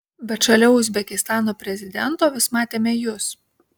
bet šalia uzbekistano prezidento vis matėme jus